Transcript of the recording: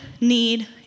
need